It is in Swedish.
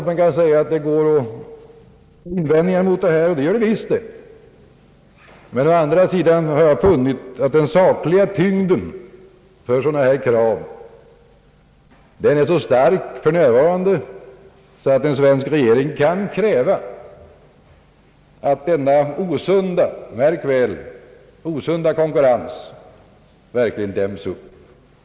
Man kan naturligtvis rikta invändningar mot ett sådant handlande från vår sida, men jag har funnit att den sakliga tyngden för sådana krav är så stark för närvarande att den svenska regeringen kan fordra att denna osunda konkurrens verkligen däms upp.